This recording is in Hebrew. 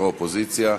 יו"ר האופוזיציה,